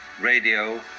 radio